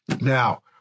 Now